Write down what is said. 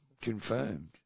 confirmed